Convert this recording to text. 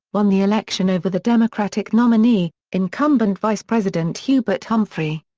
won the election over the democratic nominee, incumbent vice-president hubert humphrey.